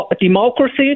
democracy